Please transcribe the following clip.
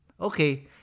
Okay